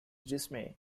dismay